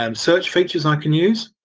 um search features i can us.